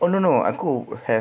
oh no no aku have